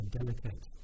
delicate